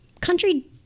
Country